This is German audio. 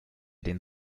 den